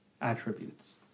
attributes